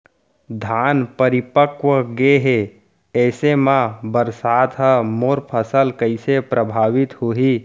धान परिपक्व गेहे ऐसे म बरसात ह मोर फसल कइसे प्रभावित होही?